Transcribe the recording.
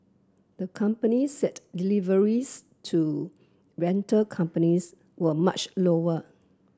the company said deliveries to rental companies were much lower